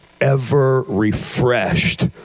ever-refreshed